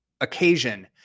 occasion